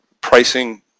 pricing